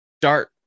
start